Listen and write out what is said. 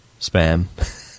spam